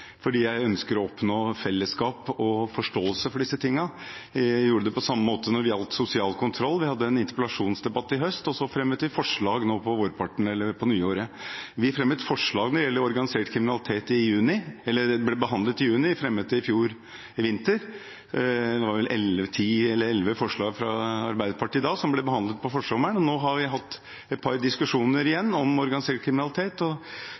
Jeg ønsker å oppnå et fellesskap og en forståelse for disse tingene. Vi gjorde det på samme måte når det gjaldt sosial kontroll. Vi hadde en interpellasjonsdebatt sist høst, og så fremmet vi forslag på nyåret. Vi fremmet forslag når det gjaldt organisert kriminalitet, som ble behandlet i juni – vi fremmet det i fjor vår. Det var vel ti eller elleve forslag fra Arbeiderpartiet som ble behandlet på forsommeren. Nå har vi igjen hatt et